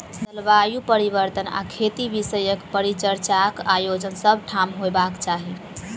जलवायु परिवर्तन आ खेती विषयक परिचर्चाक आयोजन सभ ठाम होयबाक चाही